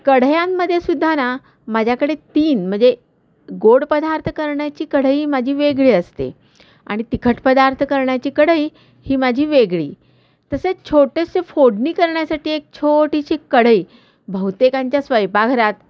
कढयांमध्ये सुद्धा ना माझ्याकडे तीन म्हणजे गोड पदार्थ करण्याची कढई माझी वेगळी असते आणि तिखट पदार्थ करण्याची कढई ही माझी वेगळी तसेच छोटेसे फोडणी करण्यासाठी एक छोटीशी कढई बहुतेकांच्या स्वयंपाकघरात